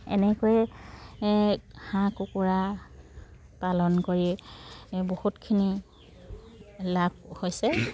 এনেকৈয়ে হাঁহ কুকুৰা পালন কৰি বহুতখিনি লাভ হৈছে